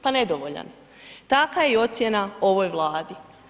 Pa nedovoljan, takva je i ocjena ovoj Vladi.